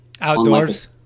Outdoors